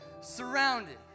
surrounded